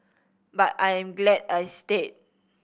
but I am glad I stayed